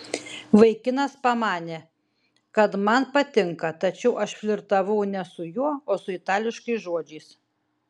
vaikinas pamanė kad man patinka tačiau aš flirtavau ne su juo o su itališkais žodžiais